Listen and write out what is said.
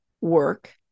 work